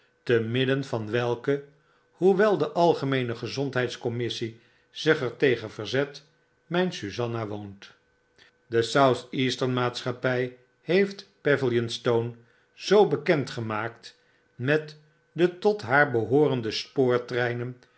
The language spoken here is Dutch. te midden van welke hoewel de algemeene gezondheids commissiezich er tegen verzet myn suzanna woont de south eastern maatschappy heeftpavilionstone zoo bekend gemaakt met de tot haar behoorende